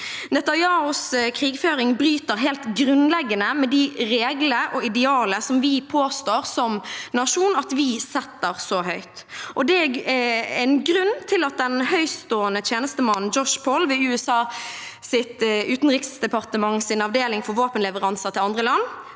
Netanyahus krigføring bryter helt grunnleggende med de regler og idealer vi som nasjon påstår at vi setter så høyt. Det er en grunn til at den høytstående tjenestemannen Josh Paul ved USAs utenriksdeparte ments avdeling for våpenleveranser til andre land